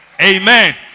Amen